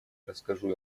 расскажу